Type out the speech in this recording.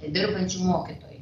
dirbančių mokytojų